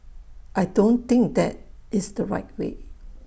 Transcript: I don't think that is the right way